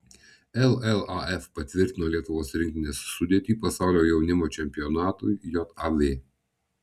llaf patvirtino lietuvos rinktinės sudėtį pasaulio jaunimo čempionatui jav